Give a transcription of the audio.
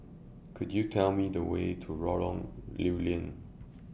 Could YOU Tell Me The Way to Lorong Lew Lian